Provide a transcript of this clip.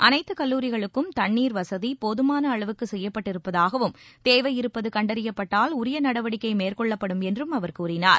அனைத்து கல்லூரிகளுக்கும் தண்ணீர் வசதி போதுமான அளவுக்கு செய்யப்பட்டிருப்பதாகவும் தேவையிருப்பது கண்டறியப்பட்டால் உரிய நடவடிக்கை மேற்கொள்ளப்படும் என்றும் அவர் கூறினார்